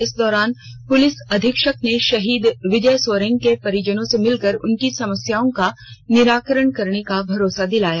इस दौरान पुलिस अधीक्षक ने शहीद विजय सोरेंग के परिजनों से मिलकर उनकी समस्याओं का निराकरण कराने का भरोसा दिलाया